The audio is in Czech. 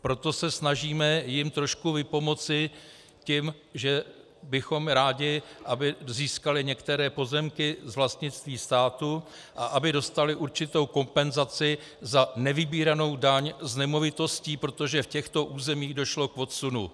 Proto se jim snažíme trošku vypomoci tím, že bychom rádi získali některé pozemky z vlastnictví státu, a aby dostaly určitou kompenzaci za nevybíranou daň z nemovitostí, protože v těchto územích došlo k odsunu.